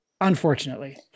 unfortunately